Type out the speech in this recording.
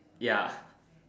ya